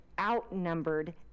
outnumbered